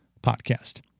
podcast